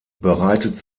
bereitet